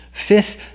fifth